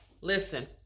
Listen